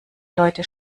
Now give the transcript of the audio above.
leute